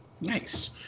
Nice